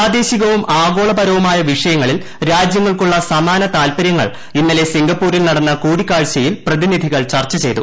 പ്രാദേശികവും ആഗോളപരവുമായ വിഷയങ്ങളിൽ രാജൃങ്ങൾക്കുള്ള സമാന താത്പരൃങ്ങൾ ഇന്നലെ സിംഗപ്പൂരിൽ നടന്ന കൂടിക്കാഴ്ചയിൽ പ്രതിനിധികൾ ചർച്ച ചെയ്തു